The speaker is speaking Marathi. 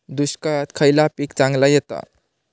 दुष्काळात खयला पीक चांगला येता?